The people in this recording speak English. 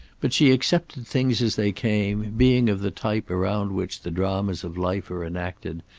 but she accepted things as they came, being of the type around which the dramas of life are enacted,